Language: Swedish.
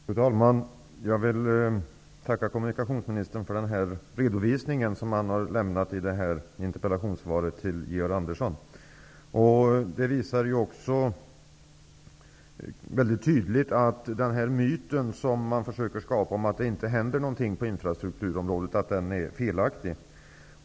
Fru talman! Jag vill tacka kommunikationsministern för den redovisning han har lämnat i detta interpellationssvar till Georg Andersson. Det visar mycket tydligt att den myt man försöker skapa om att det inte händer någonting på infrastrukturområdet är felaktig.